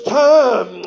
time